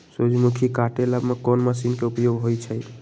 सूर्यमुखी के काटे ला कोंन मशीन के उपयोग होई छइ?